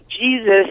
Jesus